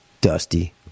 Dusty